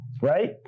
right